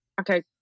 okay